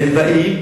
הם באים,